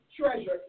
treasure